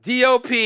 DOP